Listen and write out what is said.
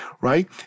right